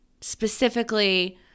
specifically